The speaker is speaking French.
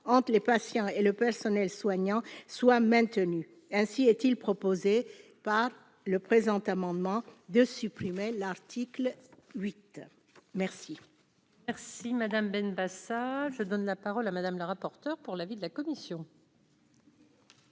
entre les patients et le personnel soignant soit maintenu ainsi a-t-il proposé par le présent amendement de supprimer l'article 8 merci. Merci madame Benbassa. ça donne la parole à Madame, la rapporteure pour l'avis de la commission.